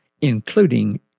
including